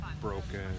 broken